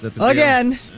Again